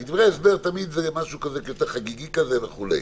כי דברי הסבר הם תמיד משהו יותר חגיגי כזה וכו'.